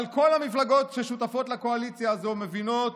אבל כל המפלגות ששותפות לקואליציה הזאת מבינות